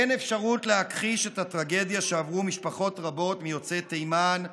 אין אפשרות להכחיש את הטרגדיה שעברו משפחות רבות מיוצאי תימן,